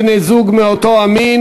בני-זוג מאותו המין),